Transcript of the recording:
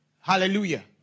Hallelujah